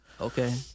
Okay